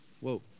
Whoa